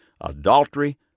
adultery